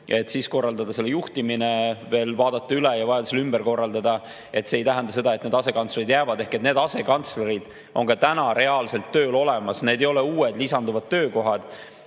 tuleb korraldada kogu juhtimine, veel vaadata kõik üle ja vajadusel ümber korraldada. See ei tähenda seda, et need asekantslerid jäävad. Aga need asekantslerid on ka täna reaalselt tööl, need ei ole uued, lisanduvad töökohad.